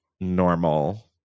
normal